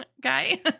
guy